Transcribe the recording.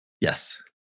Yes